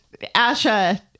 asha